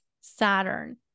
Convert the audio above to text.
Saturn